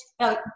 No